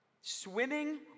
Swimming